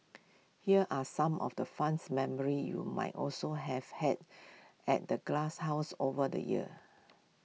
here are some of the funs memory you might also have had at the glasshouse over the years